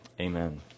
amen